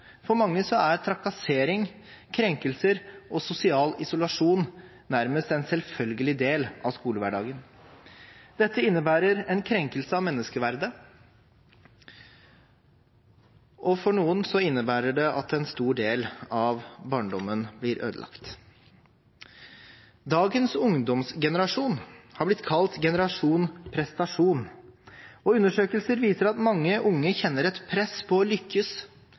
For mange er trakassering, krenkelser og sosial isolasjon nærmest en selvfølgelig del av skolehverdagen. Dette innebærer en krenkelse av menneskeverdet, og for noen innebærer det at en stor del av barndommen blir ødelagt. Dagens ungdomsgenerasjon har blitt kalt «generasjon prestasjon». Undersøkelser viser at mange unge kjenner et press for å lykkes